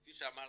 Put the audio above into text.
כפי שאמרתי,